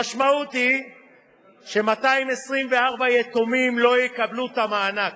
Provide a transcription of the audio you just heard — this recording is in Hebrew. המשמעות היא ש-224 יתומים לא יקבלו את המענק,